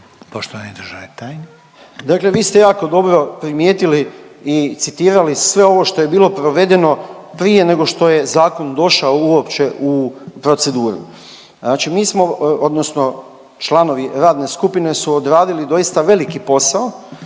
Dakle, vi ste jako dobro primijetili i citirali sve ovo što je bilo provedeno prije nego što je zakon došao uopće u proceduru. Znači mi smo odnosno članovi radne skupine su odradili doista veliki posao,